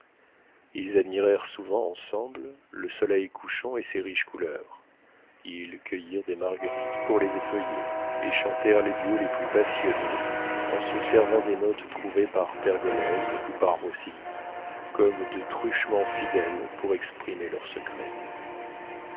ils admirèrent souvent ensemble le soleil couchant et ses riches couleurs ils cueillirent des marguerites pour les effeuiller et chantèrent des duos les plus passionnés en se servant des notes trouvées par pergolèse ou par rossini comme de truchements fidèles pour exprimer leurs secrets